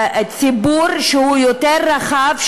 ציבור שהוא יותר רחב,